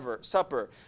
Supper